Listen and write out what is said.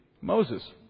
Moses